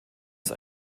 ist